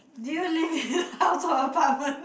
do you live in house or apartment